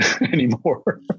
anymore